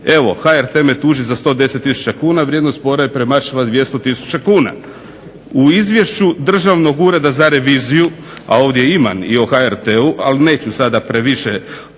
evo HRT me tuži za 110 tisuća kuna, vrijednost spora je premašila 200 tisuća kuna. U izvješću Državnog ureda za reviziju a ovdje imam i o HRT-u, ali neću sada previše to